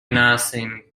nothing